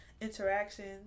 interactions